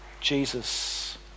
Jesus